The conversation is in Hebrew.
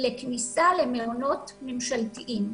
לכניסה למעונות ממשלתיים.